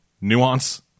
Nuance